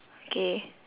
okay